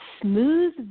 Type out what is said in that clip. smooth